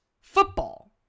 football